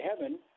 heaven